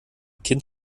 kind